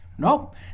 Nope